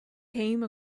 came